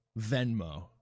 Venmo